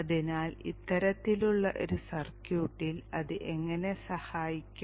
അതിനാൽ ഇത്തരത്തിലുള്ള ഒരു സർക്യൂട്ടിൽ ഇത് എങ്ങനെ സഹായിക്കും